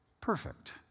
perfect